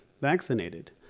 vaccinated